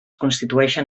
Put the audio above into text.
constitueixen